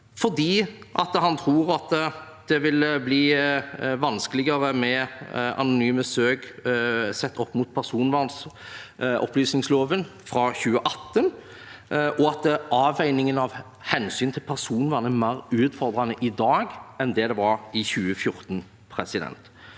fordi han tror det vil bli vanskeligere med anonyme søk sett opp mot personopplysningsloven fra 2018, og at avveiningen av hensynet til personvernet er mer utfordrende i dag enn det det var i 2014. Til